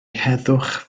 heddwch